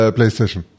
PlayStation